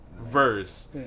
verse